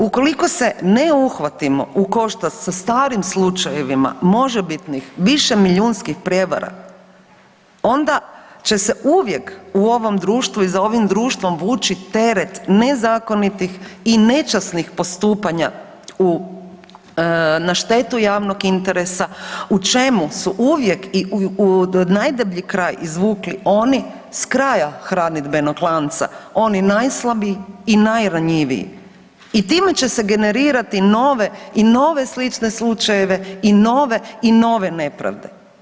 Ukoliko se ne uhvatimo u koštac sa starim slučajevima možebitnih višemilijunskih prijevara, onda će se uvijek u ovom društvu i za ovim društvom, vući teret nezakonitih i nečasnih postupanja na štetu javnog interesa u čemu su uvijek i najdeblji kraj izvukli oni s kraja hranidbenog lanca, oni najslabiji i najranjiviji i time i generirati nove i nove slične slučajeve i nove i nove nepravde.